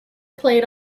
played